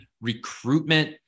recruitment